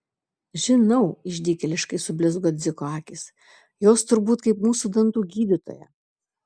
žinau išdykėliškai sublizgo dziko akys jos turbūt kaip mūsų dantų gydytoja